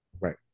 Right